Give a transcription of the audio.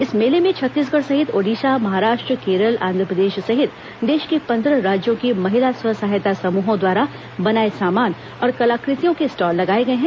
इस मेले में छत्तीसगढ़ सहित ओडिशा महाराष्ट्र केरल आंध्रप्रदेश सहित देश के पन्द्रह राज्यों की महिला स्वसहायता समूहों द्वारा बनाए सामान और कलाकृतियों के स्टॉल लगाए गए हैं